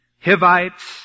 Hivites